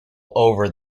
over